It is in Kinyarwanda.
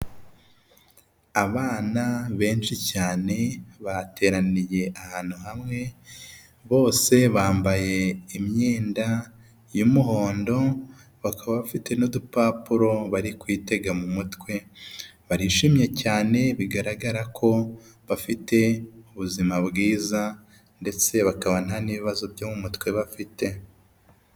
Abana benshi cyane bateraniye ahantu hamwe bose bambaye imyenda y'umuhondo bakaba bafite n'udupapuro bari kwitega mu mutwe, barishimye cyane bigaragara ko bafite ubuzima bwiza ndetse bakaba nta n'ibibazo byo mu mutwe bafite.